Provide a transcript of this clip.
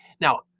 Now